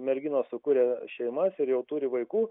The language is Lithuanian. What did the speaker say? merginos sukurė šeimas ir jau turi vaikų